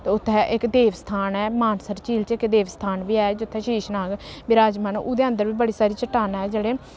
ते उत्थै इक देव स्थान ऐ मानसर झील च इक देव स्थान बी ऐ जित्थै शीश नाग बराजमान उ'दे अन्दर बी बड़ी सारी चट्टानां ऐं जेह्ड़े